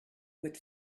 with